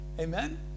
amen